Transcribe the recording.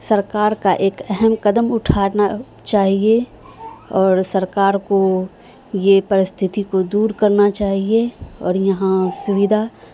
سرکار کا ایک اہم قدم اٹھارنا چاہیے اور سرکار کو یہ پرستتھی کو دور کرنا چاہیے اور یہاں سویدھا